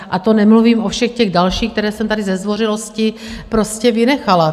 A to nemluvím o všech těch dalších, které jsem tady ze zdvořilosti vynechala.